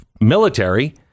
military